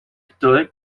italy